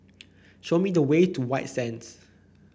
show me the way to White Sands